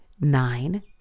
Nine